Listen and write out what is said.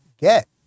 get